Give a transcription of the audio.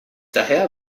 daher